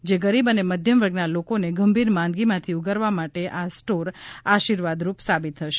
જે ગરીબ અને મધ્યમ વર્ગના લોકોને ગંભીર માંદગીમાંથી ઉગારવા માટે આ સ્ટોર આશીર્વાદ રૂપ સાબિત થશે